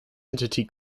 entity